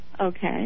Okay